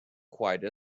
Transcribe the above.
quite